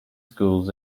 schools